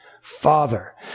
Father